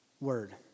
word